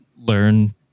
learn